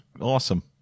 awesome